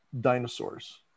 dinosaurs